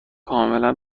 کاملا